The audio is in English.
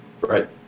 Right